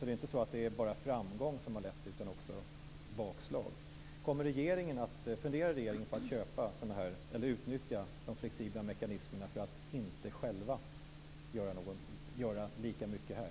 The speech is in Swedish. Det är inte bara framgång som har lett till detta, utan också bakslag. Funderar regeringen på att utnyttja de flexibla mekanismerna för att inte själv göra lika mycket här?